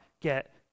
get